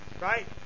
Right